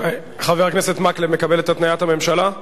חבר הכנסת מקלב, מקבל את התניית הממשלה?